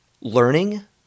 learning